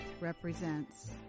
represents